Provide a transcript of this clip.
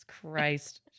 Christ